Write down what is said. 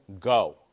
go